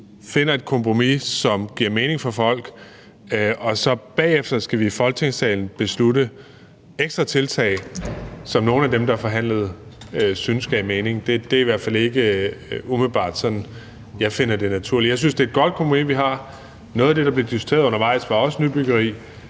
finder et kompromis, som giver mening for folk, og så bagefter skal vi i Folketingssalen beslutte ekstra tiltag, som nogle af dem, der forhandlede, syntes gav mening. Det er i hvert fald ikke umiddelbart sådan, jeg finder det naturligt at gøre. Jeg synes, at det er et godt kompromis, vi har. Noget af det, der blev diskuteret undervejs, var også nybyggeri